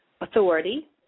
authority